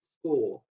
score